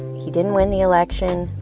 he didn't win the election.